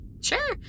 Sure